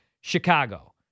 Chicago